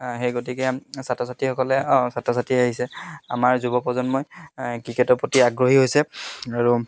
সেই গতিকে ছাত্ৰ ছাত্ৰীসকলে অঁ ছাত্ৰ ছাত্ৰী আহিছে আমাৰ যুৱ প্ৰজন্মই ক্ৰিকেটৰ প্ৰতি আগ্ৰহী হৈছে আৰু